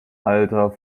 alter